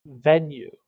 venue